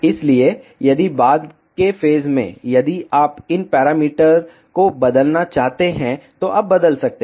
इसलिए यदि बाद के फेज में यदि आप इन पैरामीटर को बदलना चाहते हैं तो आप बदल सकते हैं